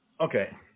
Okay